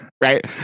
Right